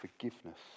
forgiveness